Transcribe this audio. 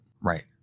Right